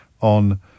on